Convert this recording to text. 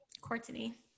Courtney